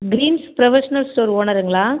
dreams provisional store ஓனருங்களா